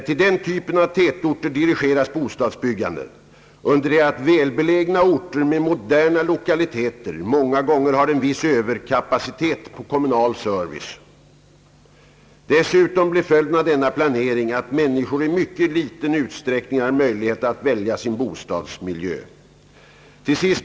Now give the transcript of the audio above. Till den typen av tätorter dirigeras bostadsbyggandet under det att välbelägna orter med moderna lokaliteter många gånger har en viss överkapacitet på kommunal service. Dessutom blir följden av denna planering att människor i mycket liten utsträckning har möjlighet att välja sin bostadsmiljö.